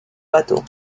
bateau